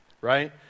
right